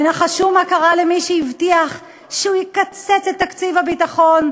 ונחשו מה קרה למי שהבטיח שהוא יקצץ את תקציב הביטחון?